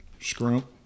Scrum